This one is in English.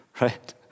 Right